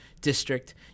District